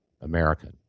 American